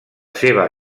seva